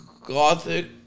gothic